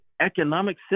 economic